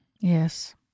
Yes